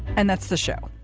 and that's the show.